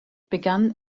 begann